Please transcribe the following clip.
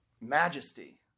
majesty